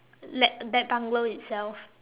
let that bungalow itself